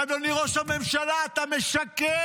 אדוני ראש הממשלה, אתה משקר.